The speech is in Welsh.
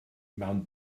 mewn